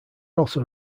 also